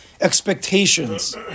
expectations